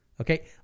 okay